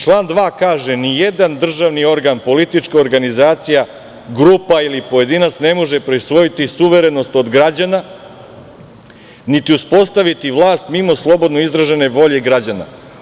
Član 2. kaže – nijedan državni organ, politička organizacija, grupa ili pojedinac ne može prisvojiti suverenost od građana, niti uspostaviti vlast mimo slobodno izražene volje građana.